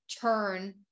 turn